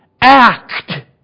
Act